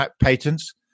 patents